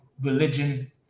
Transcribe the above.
religion